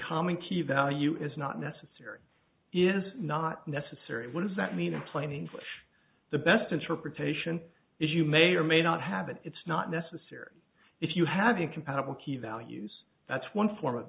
common key value is not necessary is not necessary what does that mean in plain english the best interpretation is you may or may not have it it's not necessary if you have incompatible key values that's one form of